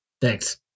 Thanks